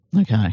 Okay